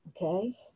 okay